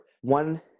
One